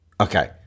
Okay